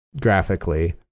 graphically